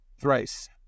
thrice